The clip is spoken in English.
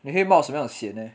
你会冒什么样的险 leh